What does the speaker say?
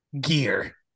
gear